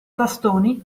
tastoni